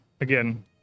again